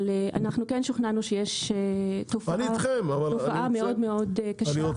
אבל אנחנו כן שוכנענו שיש תופעה מאוד קשה.